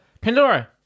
pandora